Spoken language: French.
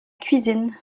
cuisine